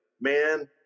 man